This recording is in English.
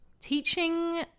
teaching